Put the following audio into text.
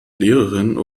lehrerin